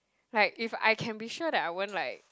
like if I can be sure that I won't like